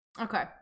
Okay